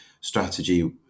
strategy